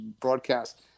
broadcast